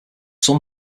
some